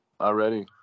Already